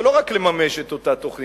ולא רק לממש את אותה תוכנית,